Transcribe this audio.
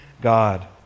God